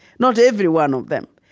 not every one of them,